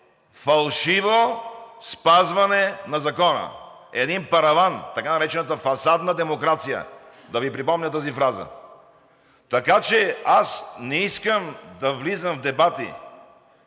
фалшиво спазване на закона, един параван, така наречената фасадна демокрация – да Ви припомня тази фраза. Така че аз не искам да влизам в дебати.